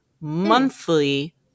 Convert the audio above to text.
monthly